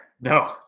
No